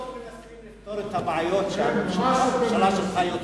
אנחנו לא מנסים לפתור את הבעיות שהממשלה שלך יוצרת.